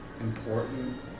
important